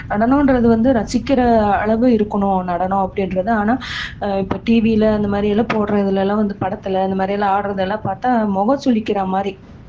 நடனம்றது வந்து ரசிக்கிற அளவு இருக்கணும் நடனம் அப்படின்றது ஆனால் இப்போ டிவியில் அந்த மாதிரி எல்லாம் போடுறதுலெல்லாம் வந்து படத்தில் அந்த மாதிரி எல்லாம் ஆடுறதெல்லாம் பார்த்தா முகம் சுளிக்கிற மாதிரி